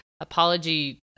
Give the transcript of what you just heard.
apology